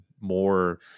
more